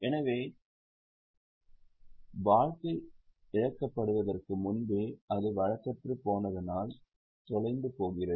எனவே ஆயுள் இழக்கப்படுவதற்கு முன்பே அது வழக்கற்றுப்போனதால் தொலைந்து போகிறது